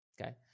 okay